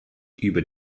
über